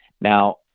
Now